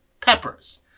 peppers